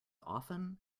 often